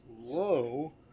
low